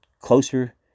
closer